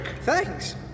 Thanks